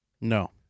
No